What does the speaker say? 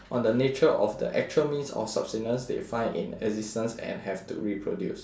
on the nature of the actual means of subsistence they find in existence and have to reproduce